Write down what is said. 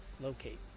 locate